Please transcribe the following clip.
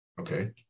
Okay